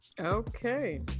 Okay